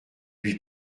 lui